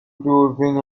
دوربین